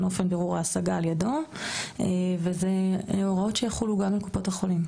אופן בירור ההשגה על ידו וזה הוראות שיחולו על קופות החולים.